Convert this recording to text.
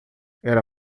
era